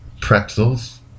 Pretzels